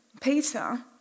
Peter